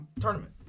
tournament